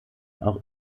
auch